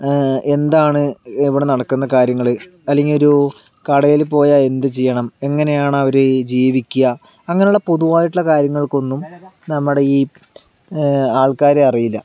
എന്താണ് ഇവിടെ നടക്കുന്ന കാര്യങ്ങൾ അല്ലെങ്കിൽ ഒരു കടയിൽ പോയാൽ എന്ത് ചെയ്യണം എങ്ങനെയാണ് അവർ ജീവിക്കുക അങ്ങനെയുള്ള പൊതുവായിട്ടുള്ള കാര്യങ്ങൾക്കൊന്നും നമ്മുടെ ഈ ആൾക്കാരെ അറിയില്ല